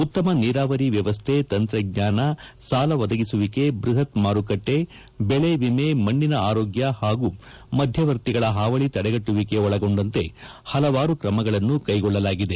ಉತ್ತಮ ನೀರಾವರಿ ವ್ಯವಸ್ಥೆ ತಂತ್ರಜ್ಞಾನ ಸಾಲ ಒದಗಿಸುವಿಕೆ ಬೃಹತ್ ಮಾರುಕಟ್ಟೆ ಬೆಳೆ ವಿಮೆ ಮಣ್ಣಿನ ಆರೋಗ್ಯ ಹಾಗೂ ಮಧವರ್ತಿಗಳ ಹಾವಳಿ ತಡೆಗಟ್ಟುವಿಕೆ ಒಳಗೊಂಡಂತೆ ಹಲವಾರು ಕ್ರಮಗಳನ್ನು ಕೈಗೊಳ್ಳಲಾಗಿದೆ